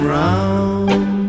round